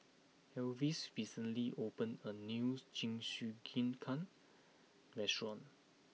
Elvis recently opened a new Jingisukan restaurant